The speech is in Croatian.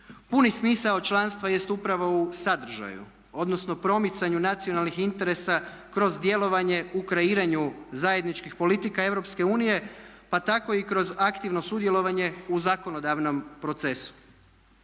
Puni smisao članstva jest upravo u sadržaju odnosno promicanju nacionalnih interesa kroz djelovanje u kreiranju zajedničkih politika Europske unije pa tako i kroz aktivno sudjelovanje u zakonodavnom procesu.